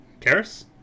Karis